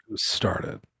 started